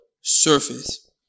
surface